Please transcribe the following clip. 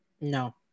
no